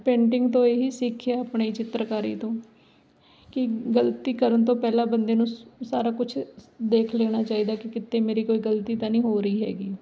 painting ਤੋਂ ਇਹ ਹੀ ਸਿੱਖਿਆ ਆਪਣੀ ਚਿੱਤਰਕਾਰੀ ਤੋਂ ਕਿ ਗਲਤੀ ਕਰਨ ਤੋਂ ਪਹਿਲਾਂ ਬੰਦੇ ਨੂੰ ਸਾਰਾ ਕੁਛ ਦੇਖ ਲੈਣਾ ਚਾਹੀਦਾ ਕਿ ਕਿਤੇ ਮੇਰੀ ਕੋਈ ਗਲਤੀ ਤਾਂ ਨਹੀਂ ਹੋ ਰਹੀ ਹੈਗੀ